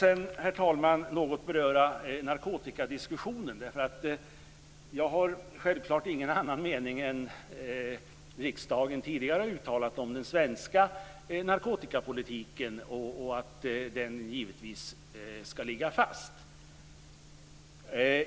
Sedan vill jag säga något om narkotikadiskussionen. Jag har självklart ingen annan mening än riksdagen tidigare har uttalat om den svenska narkotikapolitiken. Den skall givetvis ligga fast.